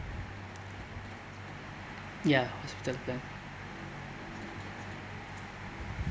ya hospital plan